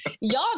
Y'all